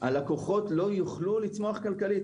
הלקוחות לא יוכלו לצמוח כלכלית.